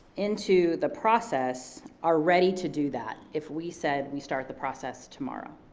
into the process, are ready to do that, if we said we start the process tomorrow,